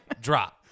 drop